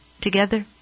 together